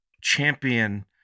champion